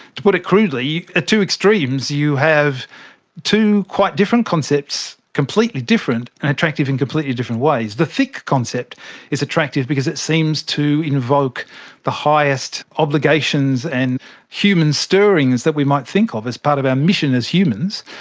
to put it crudely, at two extremes you have two quite different concepts, completely different, and attractive in completely different ways. the thick concept is attractive because it seems to invoke the highest obligations and human stirrings that we might think of as part of our mission as humans,